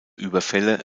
überfälle